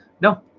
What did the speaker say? No